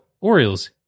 Orioles